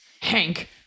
Hank